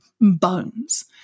bones